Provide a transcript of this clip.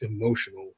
emotional